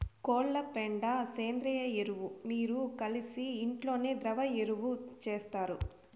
కోళ్ల పెండ సేంద్రియ ఎరువు మీరు కలిసి ఇంట్లోనే ద్రవ ఎరువు చేస్తారు